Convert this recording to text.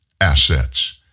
assets